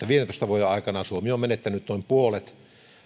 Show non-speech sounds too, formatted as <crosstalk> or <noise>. <unintelligible> viidentoista vuoden aikana suomi on menettänyt noin puolet